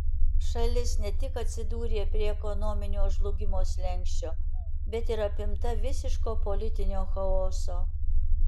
šalis ne tik atsidūrė prie ekonominio žlugimo slenksčio bet ir apimta visiško politinio chaoso